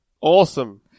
Awesome